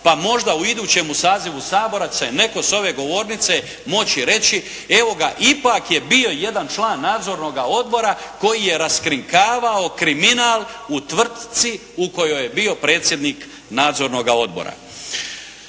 pa možda u idućem sazivu Sabora će netko sa ove govornice moći reći evo ga ipak je bio jedan član nadzornoga odbora koji je raskrinkavao kriminal u tvrtci u kojoj je bio predsjednik nadzornoga odbora.